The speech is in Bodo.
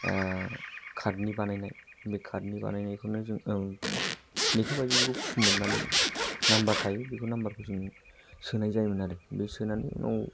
कार्डनि बानायनाय बे कार्डनि बानायनायखौनो जों लेखा बायदिखौ खुमुरनानै नाम्बार थायो बेफोर नाम्बारखौ जों सोनाय जायोमोन आरो बे सोनानै न'आव